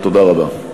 תודה רבה.